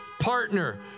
partner